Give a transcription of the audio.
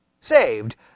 saved